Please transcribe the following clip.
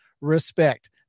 Respect